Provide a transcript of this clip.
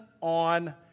on